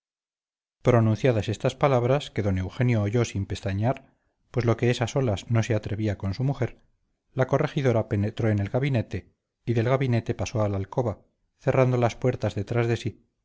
pronunciadas estas palabras que don eugenio oyó sin pestañear pues lo que es a solas no se atrevía con su mujer la corregidora penetró en el gabinete y del gabinete pasó a la alcoba cerrando las puertas detrás de sí